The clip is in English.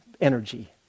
energy